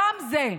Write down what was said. גם את זה.